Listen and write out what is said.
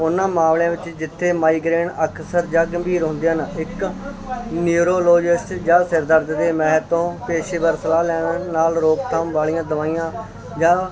ਉਹਨਾਂ ਮਾਮਲਿਆਂ ਵਿੱਚ ਜਿੱਥੇ ਮਾਈਗ੍ਰੇਨ ਅਕਸਰ ਜਾਂ ਗੰਭੀਰ ਹੁੰਦੇ ਹਨ ਇੱਕ ਨਿਓਰੋਲੋਜਿਸਟ ਜਾਂ ਸਿਰ ਦਰਦ ਦੇ ਮਾਹਿਰ ਤੋਂ ਪੇਸ਼ੇਵਰ ਸਲਾਹ ਲੈਣ ਨਾਲ ਰੋਕਥਾਮ ਵਾਲੀਆਂ ਦਵਾਈਆਂ ਜਾਂ